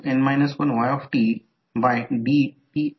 जर दोन्ही current dot पासून दूर जात असतील तर ते चिन्ह असेल